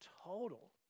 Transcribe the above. total